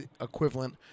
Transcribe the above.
equivalent